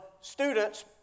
students